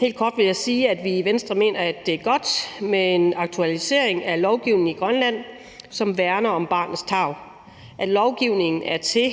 Helt kort vil jeg sige, at vi i Venstre mener, at det er godt med en aktualisering af lovgivningen i Grønland, som værner om barnets tarv; at lovgivningen er til